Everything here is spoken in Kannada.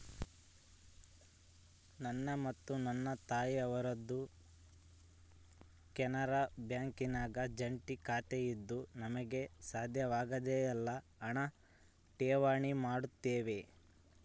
ನನ್ನ ಮತ್ತು ನನ್ನ ತಾಯಿಯವರದ್ದು ಕೆನರಾ ಬ್ಯಾಂಕಿನಾಗ ಜಂಟಿ ಖಾತೆಯಿದ್ದು ನಮಗೆ ಸಾಧ್ಯವಾದಾಗೆಲ್ಲ ಹಣ ಠೇವಣಿ ಮಾಡುತ್ತೇವೆ